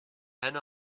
henne